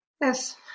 Yes